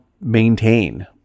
maintain